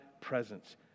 presence